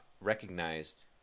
recognized